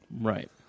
Right